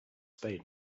spade